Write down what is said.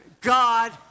God